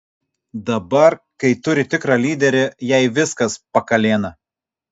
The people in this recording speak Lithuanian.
dabar kai turi tikrą lyderį jai viskas pakalėna